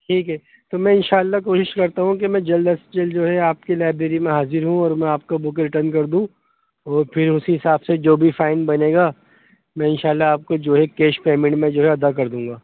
ٹھیک ہے تو میں انشاء اللہ کوشش کرتا ہوں کہ میں جلد سے جلد جو ہے آپ کی لائبری میں حاضر ہوں اور میں آپ کا بک ریٹرن کر دوں اور پھر اسی حساب سے جو بھی فائن بنے گا میں انشاء اللہ آپ کو جو ہے کیش پیمنٹ میں جو ہے ادا کر دوں گا